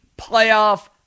playoff